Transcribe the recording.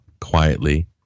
quietly